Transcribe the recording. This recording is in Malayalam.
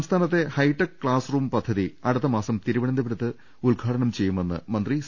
സംസ്ഥാനത്തെ ഹൈടെക് ക്ലാസ്റൂം പദ്ധതി അടുത്ത മാസം തിരുവനന്തപുരത്ത് ഉദ്ഘാടനം ചെയ്യുമെന്ന് മന്ത്രി സി